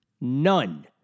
None